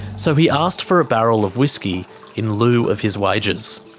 so he asked for a barrel of whisky in lieu of his wages.